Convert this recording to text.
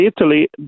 Italy